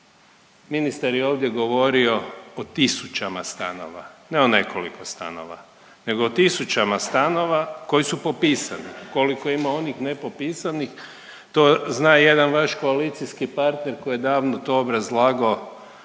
Ministar je ovdje govorio o tisućama stanova, ne o nekoliko stanova, nego o tisućama stanova koji su popisani, koliko ima onih nepopisanih, to zna jedan vaš koalicijski partner koji je davno to obrazlagao,